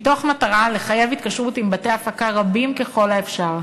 מתוך מטרה לחייב התקשרות עם בתי-הפקה רבים ככל האפשר,